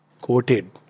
quoted